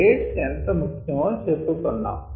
rates ఎంత ముఖ్యమో చెప్పుకున్నాం